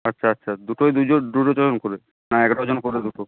আচ্ছা আচ্ছা দুটোই দুই ডোজ দু ডজন করে না এক ডজন করে দুটো